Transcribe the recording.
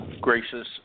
gracious